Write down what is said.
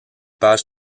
pages